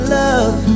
love